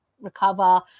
recover